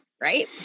right